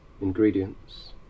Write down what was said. ingredients